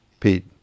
Pete